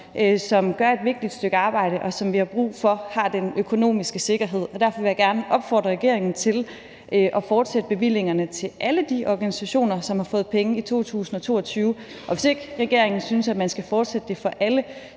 som gør et vigtigt stykke arbejde, og som vi har brug for har den økonomiske sikkerhed. Derfor vil jeg gerne opfordre regeringen til at fortsætte bevillingerne til alle de organisationer, som har fået penge i 2022. Og hvis ikke regeringen synes, at man skal fortsætte det for alle,